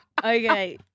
Okay